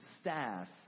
staff